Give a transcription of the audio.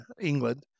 england